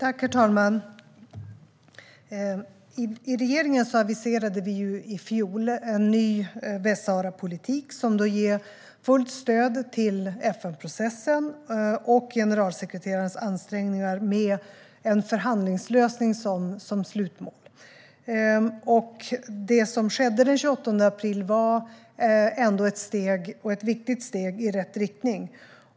Herr talman! Regeringen aviserade i fjol en ny Västsaharapolitik, som ger fullt stöd till FN-processen och generalsekreterarens ansträngningar med en förhandlingslösning som slutmål. Det som skedde den 28 april var ändå ett viktigt steg i rätt riktning.